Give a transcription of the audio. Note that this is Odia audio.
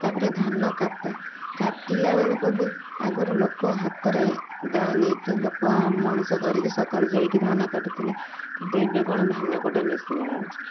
ତା ପରେ ଧାନ କାଟ କାଟିଲା ବେଳକୁ ବି ଆଗୁରୁ ଲୋକ ହାତରେ ଦାଆ ନେଇକି ଲୋକ ମଣିଷ କରିକି ସକାଳୁ ଯାଇକି ଧାନ କଟୁଥୁଲେ କିନ୍ତୁ ଏବେ କ'ଣ ଧାନ କଟା ମେସିନ ମିଳୁଛି